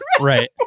right